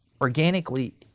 organically